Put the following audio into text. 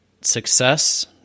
success